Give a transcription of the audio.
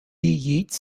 yeats